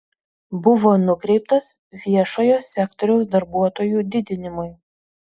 buvo nukreiptas viešojo sektoriaus darbuotojų didinimui